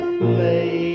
play